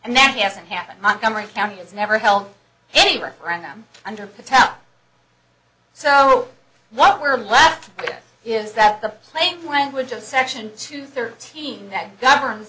and that hasn't happened montgomery county has never held any referendum under patel so what we're left with is that the plain language of section two thirteen that governs